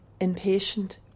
impatient